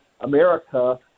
America